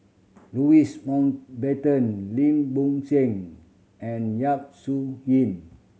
Louis Mountbatten Lim Bo Seng and Yap Su Yin